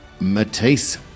Matisse